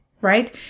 right